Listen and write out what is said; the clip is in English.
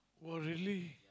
!wow! really